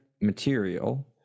material